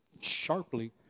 sharply